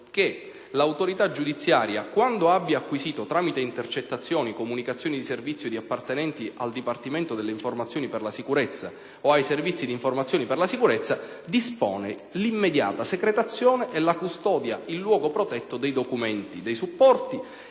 che l'autorità giudiziaria, quando abbia acquisito, tramite intercettazioni, comunicazioni di servizio di appartenenti al Dipartimento delle informazioni per la sicurezza o ai Servizi d'informazione per la sicurezza, dispone l'immediata secretazione e la custodia in luogo protetto dei documenti, dei supporti